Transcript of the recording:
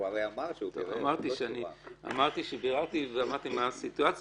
הוא הרי אמר שהוא --- אמרתי שביררתי ואמרתי מה הסיטואציה.